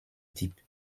type